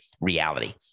reality